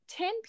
10